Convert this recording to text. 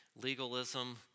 legalism